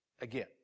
again